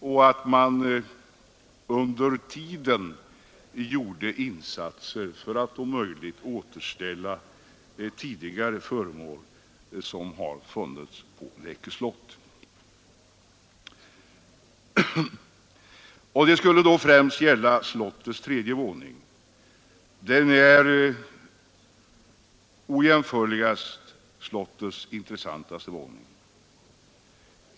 Och under tiden kan man göra insatser för att om möjligt återställa tidigare föremål som har funnits på Läckö slott. Det skulle då främst gälla slottets tredje våning. Den är den utan jämförelse mest intressanta våningen i slottet.